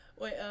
wait